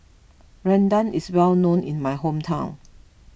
Rendang is well known in my hometown